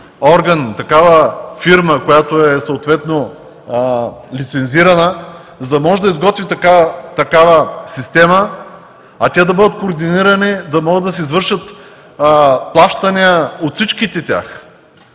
орган, такава фирма, която е съответно лицензирана, за да може да изготви такава система, а те да бъдат координирани, за да могат да се извършат плащания от всичките тях,